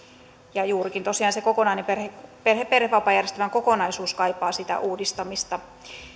ja juurikin tosiaan se perhevapaajärjestelmän kokonaisuus kaipaa sitä uudistamista